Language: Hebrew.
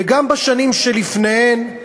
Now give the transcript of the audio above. גם בשנים שלפניהן,